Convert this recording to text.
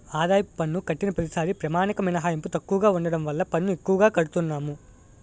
ఆదాయపు పన్ను కట్టిన ప్రతిసారీ ప్రామాణిక మినహాయింపు తక్కువగా ఉండడం వల్ల పన్ను ఎక్కువగా కడతన్నాము